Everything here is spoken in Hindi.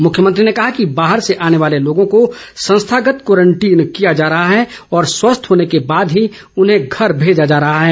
मुख्यमंत्री ने कहा कि बाहर से आने वाले लोगों को संस्थागत क्वारंटीन किया जा रहा है और स्वस्थ होने के बाद ही उन्हें घर भेजा जा रहा है